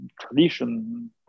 tradition